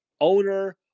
owner